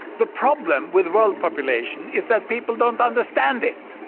the problem with world population is that people don't understand it!